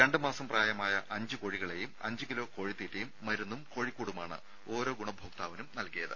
രണ്ട് മാസം പ്രായമായ അഞ്ച് കോഴികളെയും അഞ്ച് കിലോ കോഴിത്തീറ്റയും മരുന്നും കോഴിക്കൂടുമാണ് ഓരോ ഗുണഭോക്താവിനും നൽകിയത്